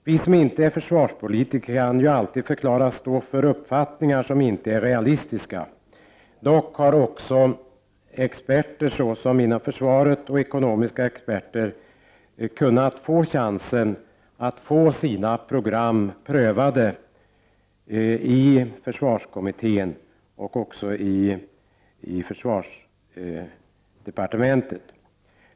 Vi som inte är försvarspolitiker kan ju alltid förklaras stå för uppfattningar som inte är realistiska. Dock har också experter, såväl inom försvaret som ekonomiska experter, kunnat få chansen att få sina program prövade i försvarskommittén och i försvarsdepartementet.